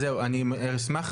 אז אני אשמח,